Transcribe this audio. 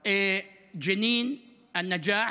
הפלסטיניות ג'נין, א-נג'אח,